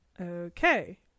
Okay